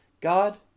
God